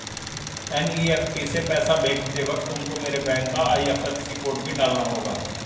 NEFT से पैसा भेजते वक्त तुमको मेरे बैंक का आई.एफ.एस.सी कोड भी डालना होगा